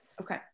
Okay